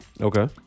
Okay